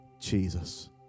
Jesus